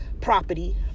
property